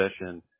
session